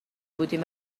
بودیم